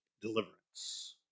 deliverance